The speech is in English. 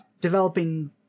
developing